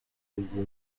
kugira